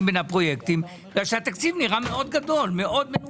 בין הפרויקטים כי התקציב נראה מאוד מאוד מנופח.